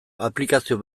aplikazio